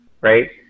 right